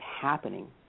happening